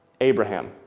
Abraham